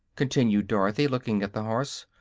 continued dorothy, looking at the horse.